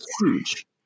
huge